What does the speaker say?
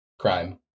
crime